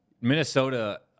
Minnesota